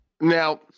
Now